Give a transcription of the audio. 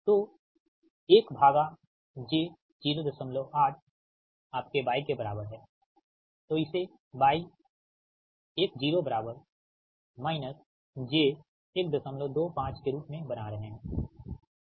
तो 1 भागा j 08 आपके y के बराबर है तो इसे y10 j 125 के रूप में बना रहे है